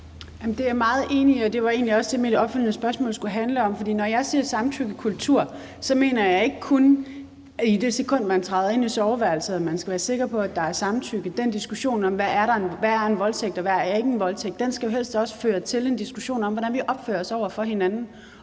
Det er jeg meget enig i, og det var egentlig også det, mit opfølgende spørgsmål skulle handle om. For når jeg taler om samtykkekultur, mener jeg ikke, at det kun skal handle om, at man i det sekund, man træder ind i soveværelset, skal være sikker på, at der er samtykke. Den diskussion om, hvad der er en voldtægt, og hvad der ikke er en voldtægt, skal helst også føre til en diskussion om, hvordan vi opfører os over for hinanden,